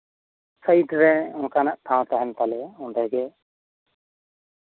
ᱥᱟᱭᱤᱰᱨᱮ ᱚᱱᱠᱟᱱᱟᱜ ᱴᱷᱟᱶ ᱠᱚᱦᱚᱸ ᱛᱟᱦᱮᱱ ᱛᱟᱞᱮᱭᱟ